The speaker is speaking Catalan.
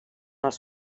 els